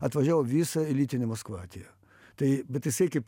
atvažiavo visa elitinė maskva atėjo tai bet jisai kaip